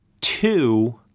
Two